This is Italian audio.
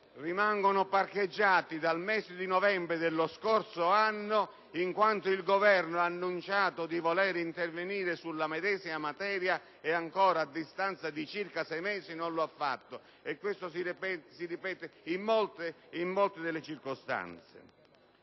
rimangono parcheggiati, dal mese di novembre dello scorso anno, in quanto il Governo ha annunciato di voler intervenire sulla medesima materia, ed ancora, a distanza di circa sei mesi, non lo ha fatto. E questo si ripete in molte circostanze.